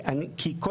כי לדעתי,